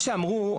שאמרו,